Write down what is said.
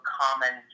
common